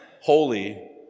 holy